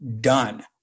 done